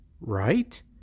right